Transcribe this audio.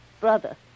brother